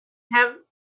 have